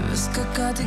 viską ką tik